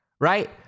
right